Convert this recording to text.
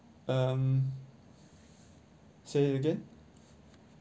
um say it again